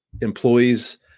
employees